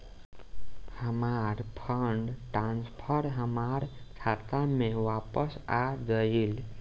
हमार fund transfer हमार खाता में वापस आ गइल